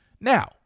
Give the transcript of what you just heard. Now